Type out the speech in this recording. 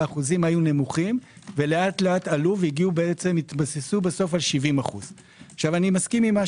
האחוזים היו נמוכים ולאט-לאט עלו והתבססו בסוף על 70%. אני מסכים עם מה